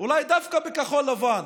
אולי דווקא בכחול לבן,